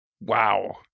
wow